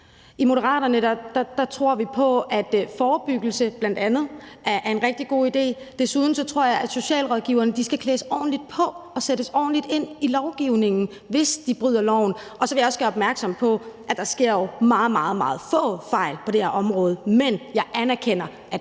I Moderaterne tror vi på, at bl.a. forebyggelse er en rigtig god idé. Desuden tror jeg, at socialrådgiverne skal klædes ordentligt på og sættes ordentligt ind i lovgivningen, så de ikke bryder loven. Og så vil jeg også gøre opmærksom på, at der jo sker meget, meget få fejl på det her område. Men jeg erkender, at